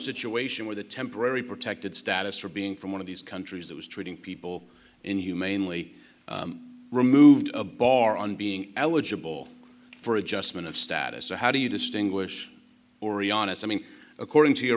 situation where the temporary protected status for being from one of these countries that was treating people inhumanely removed a bar on being eligible for adjustment of status so how do you distinguish oriana as i mean according to your